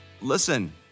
listen